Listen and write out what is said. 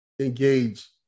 engage